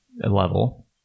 level